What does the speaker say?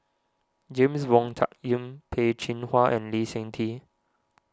James Wong Tuck Yim Peh Chin Hua and Lee Seng Tee